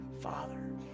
Father